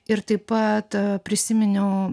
ir taip pat prisiminiau